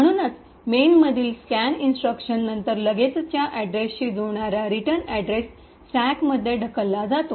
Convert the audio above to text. म्हणूनच मेन मधील scan instruction नंतर लगेचच्या अड्रेसशी जुळणारा रिटर्न अड्रेस स्टॅकमध्ये ढकलला जातो